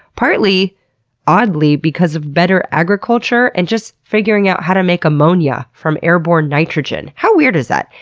partly oddly because of better agriculture and just figuring out how to make ammonia from airborne nitrogen. how weird is that?